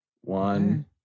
One